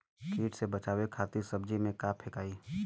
कीट से बचावे खातिन सब्जी में का फेकाई?